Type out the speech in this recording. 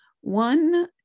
one